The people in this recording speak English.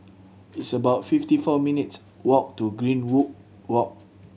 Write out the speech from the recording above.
it's about fifty four minutes' walk to Greenwood Walk